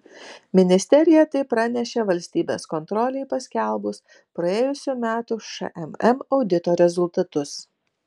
ministerija tai pranešė valstybės kontrolei paskelbus praėjusių metų šmm audito rezultatus